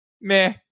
meh